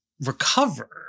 recover